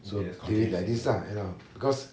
so like this lah because